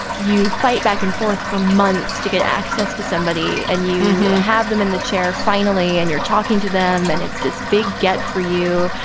you fight back and forth for months to get access to somebody and you have them in the chair finally and you're talking to them and it's this big get for you.